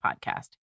podcast